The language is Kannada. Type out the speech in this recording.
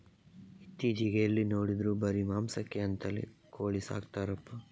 ಇತ್ತೀಚೆಗೆ ಎಲ್ಲಿ ನೋಡಿದ್ರೂ ಬರೀ ಮಾಂಸಕ್ಕೆ ಅಂತಲೇ ಕೋಳಿ ಸಾಕ್ತರಪ್ಪ